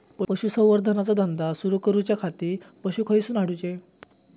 पशुसंवर्धन चा धंदा सुरू करूच्या खाती पशू खईसून हाडूचे?